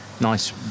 nice